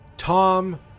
Tom